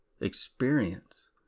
experience